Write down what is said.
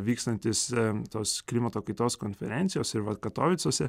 vykstantys gamtos klimato kaitos konferencijos ir mat katovicuose